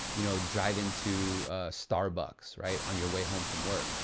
you know, drive into starbucks, right, on your way home from work,